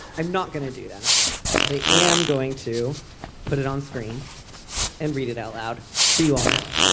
i'm not going to do that but i am going to put it on screen and read it aloud for you all now